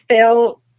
felt